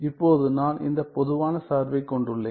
இப்போது நான் இந்த பொதுவான சார்பைக் கொண்டுள்ளேன்